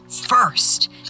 First